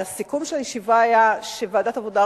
והסיכום של הישיבה היה שוועדת העבודה,